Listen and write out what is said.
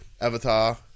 Avatar